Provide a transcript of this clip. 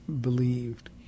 believed